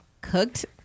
cooked